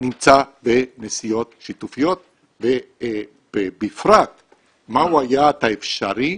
נמצא בנסיעות שיתופיות ובפרט מהו היעד האפשרי